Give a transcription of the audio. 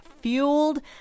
fueled